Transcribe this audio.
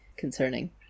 Concerning